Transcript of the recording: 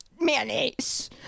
mayonnaise